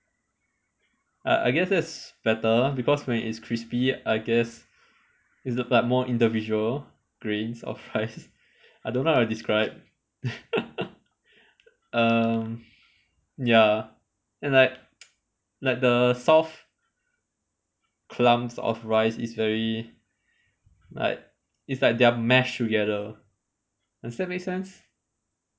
uh I guess that's better because when it's crispy I guess it's like more individual grains of rice I don't know how to describe um ya and like like the soft clumps of rice is very like it's like they are mashed together does that make sense